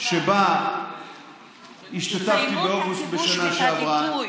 שבה השתתפתי, באוגוסט בשנה שעברה.